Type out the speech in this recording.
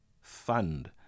fund